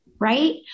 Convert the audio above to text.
right